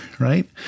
Right